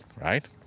right